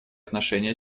отношения